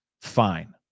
fine